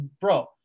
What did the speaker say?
bro